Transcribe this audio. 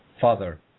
father